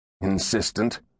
insistent